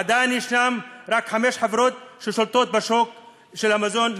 עדיין יש רק חמש חברות ששולטות בשוק המזון,